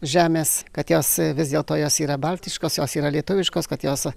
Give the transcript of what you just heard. žemės kad jos vis dėlto jos yra baltiškos jos yra lietuviškos kad jos